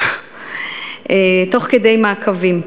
בעשייה תוך כדי מעקבים.